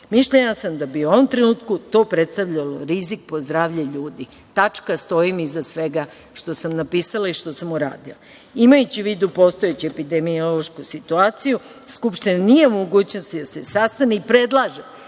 mišljenja sam da bi u ovom trenutku to predstavljalo rizik po zdravlje ljudi" - tačka. Stojim iza svega što sam napisala i što sam uradila."Imajući u vidu postojeću epidemiološku situaciju, Skupština nije u mogućnosti da se sastane i predlažem